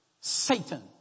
Satan